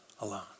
alone